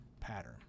pattern